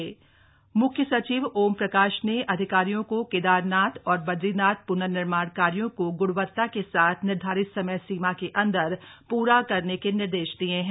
मुख्य सचिव मुख्य सचिव ओमप्रकाश ने अधिकारियों को केदारनाथ और बद्रीनाथ प्नर्निर्माण कार्यों को गुणवत्ता के साथ निर्धारित समय सीमा के अन्दर प्रा करने के निर्देश दिये हैं